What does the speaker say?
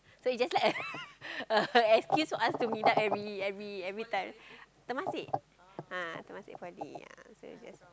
so it's just like a a excuse for us to meet up every every every time Temasek ah Temasek-Poly ah so it's just